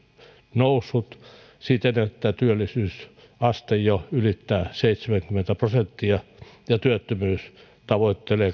noussut siten että työllisyysaste jo ylittää seitsemänkymmentä prosenttia ja työttömyys tavoittelee